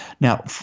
Now